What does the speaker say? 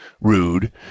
rude